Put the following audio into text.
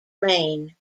reign